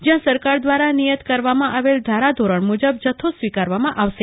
જ્યાં સરકાર દ્વારા નિયત કરવામાં આવેલ ધારાધોરણ મુજબ જથ્થો સ્વીકારવામાં આવશે